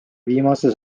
viimase